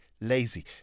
lazy